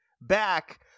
back